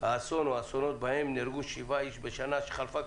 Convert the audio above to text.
האסון או האסונות בהם נהרגו שבעה איש בשנה שחלפה,